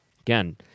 Again